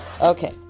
Okay